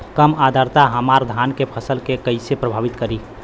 कम आद्रता हमार धान के फसल के कइसे प्रभावित करी?